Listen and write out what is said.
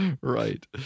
right